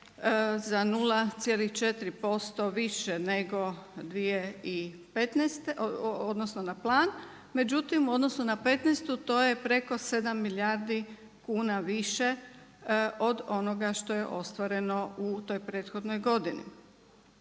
za 0,4% više nego 2015. odnosno na plan. Međutim, u odnosu na petnaestu to je preko 7 milijardi kuna više od onoga što je ostvareno u toj prethodnoj godini.